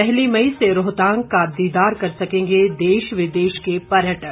पहली मई से रोहतांग का दीदार कर सकेंगे देश विदेश के पर्यटक